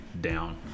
down